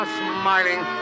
smiling